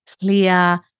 clear